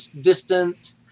distant